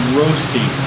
roasty